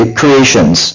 creations